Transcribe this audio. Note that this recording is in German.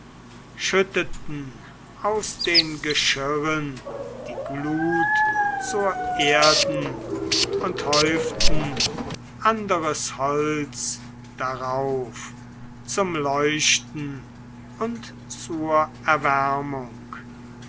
schütteten aus den geschirren die glut zur erden und häuften anderes holz darauf zum leuchten und zur erwärmung